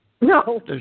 No